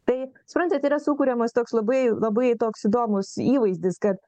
taip suprantat yra sukuriamas toks labai labai toks įdomus įvaizdis kad